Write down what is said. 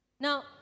Now